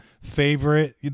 favorite